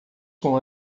com